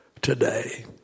today